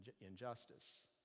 injustice